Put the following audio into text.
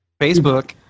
Facebook